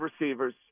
receivers